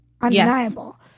undeniable